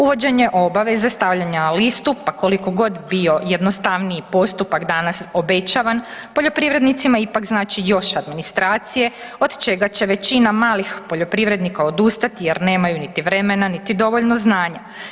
Uvođenje obaveze stavljanja na listu pa koliko god bio jednostavniji postupak danas obećavan, poljoprivrednicima ipak znači još administracije od čega će većina malih poljoprivrednika odustati jer nemaju niti vremena, niti dovoljno znanja.